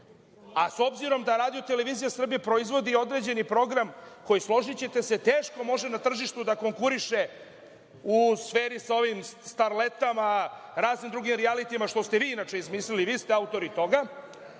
a s obzirom da RTS proizvodi određeni program koji, složićete se, teško može na tržištu da konkuriše u sferi sa ovim starletama, raznim drugim rijalitijima, što ste vi inače izmislili i vi ste autori toga,